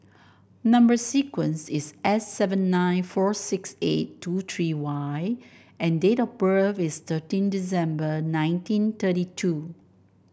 number sequence is S seven nine four six eight two three Y and date of birth is thirteen December nineteen thirty two